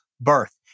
birth